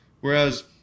Whereas